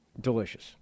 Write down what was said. Delicious